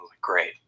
great